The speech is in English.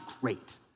great